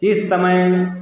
इस समय